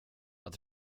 att